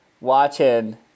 watching